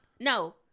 No